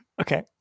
Okay